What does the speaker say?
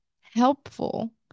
helpful